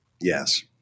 Yes